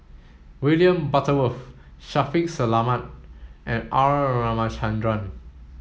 William Butterworth Shaffiq Selamat and R Ramachandran